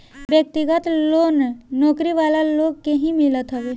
व्यक्तिगत लोन नौकरी वाला लोग के ही मिलत हवे